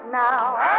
now